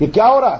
यह क्या हो रहा है